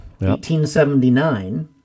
1879